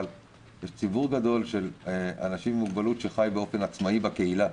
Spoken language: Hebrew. אבל יש ציבור גדול של אנשים עם מוגבלות שחי באופן עצמאי בקהילה.